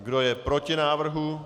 Kdo je proti návrhu?